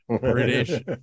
British